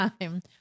time